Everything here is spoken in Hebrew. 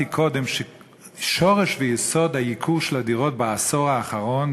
אמרתי קודם ששורש ויסוד הייקור של הדירות בעשור האחרון,